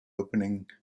opening